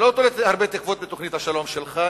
לא תולה הרבה תקוות בתוכנית השלום שלך,